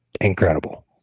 incredible